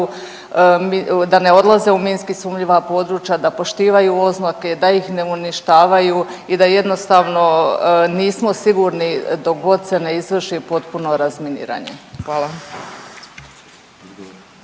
da ne odlaze u minski sumnjiva područja, da poštivaju oznake, da ih ne uništavaju i da jednostavno nismo sigurni dok god se ne izvrši potpuno razminiranje. Hvala.